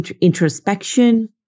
introspection